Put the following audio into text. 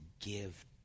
give